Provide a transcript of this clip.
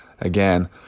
again